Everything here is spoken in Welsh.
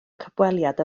cyfweliad